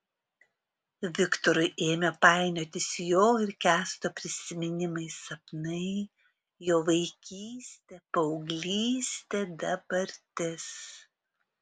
viktorui ėmė painiotis jo ir kęsto prisiminimai sapnai jo vaikystė paauglystė dabartis